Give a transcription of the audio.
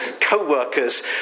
co-workers